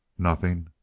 nothing.